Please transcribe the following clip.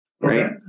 right